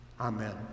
Amen